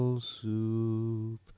Soup